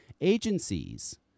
Agencies